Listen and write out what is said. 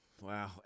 wow